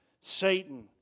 Satan